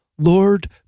Lord